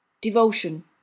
Devotion